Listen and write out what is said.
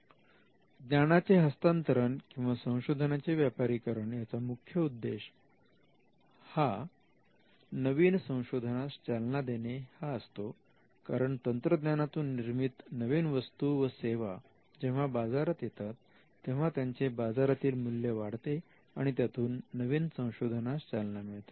तंत्रज्ञानाचे हस्तांतरण किंवा संशोधनाचे व्यापारीकरण याचा मुख्य उद्देश हा नवीन संशोधनास चालना देणे हा असतो कारण तंत्रज्ञानातून निर्मित नवीन वस्तू व सेवा जेव्हा बाजारात येतात तेव्हा त्यांचे बाजारातील मूल्य वाढते आणि त्यातून नवीन संशोधनास चालना मिळते